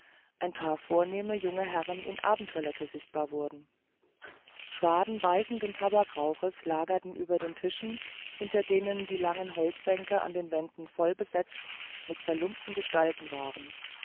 ein paar vornehme junge herren in abendtoilette sichtbar wurden schwaden beißenden tabakrauches lagerten über den tischen hinter denen die langen holzbänke an den wänden vollbesetzt von zerlumpten gestalten waren